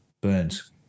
Burns